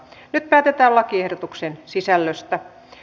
nyt päätetään lakiehdotuksen sisällöstä